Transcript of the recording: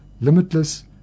limitless